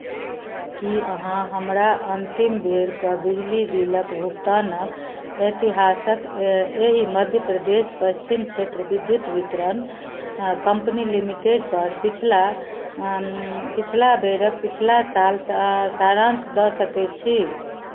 की अहाँ हमरा अन्तिम बेरके बिजली बिलक भुगतानक इतिहासक एहि मध्य प्रदेश पश्चिम क्षेत्र विद्युत वितरण कम्पनी लिमिटेडपर पछिला पछिला बेरक पछिला साल सारांश दऽ सकैत छी